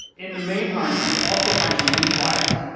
in the main harness, you'll also find some loose wires.